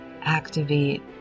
activate